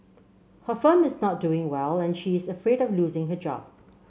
her firm is not doing well and she is afraid of losing her job